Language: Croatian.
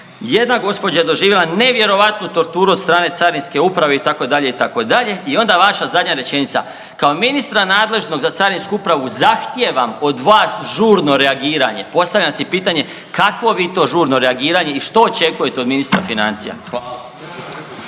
Jedna gospođa je doživjela nevjerojatnu torturu od strane Carinske uprave itd., itd. i onda vaša zadnja rečenica, kao ministra nadležnog za Carinsku upravu zahtijevam od vas žurno reagiranje. Postavljam si pitanje kakvo vi to žurno reagiranje i što očekujete od ministra financija?